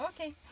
Okay